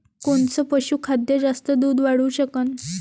कोनचं पशुखाद्य जास्त दुध वाढवू शकन?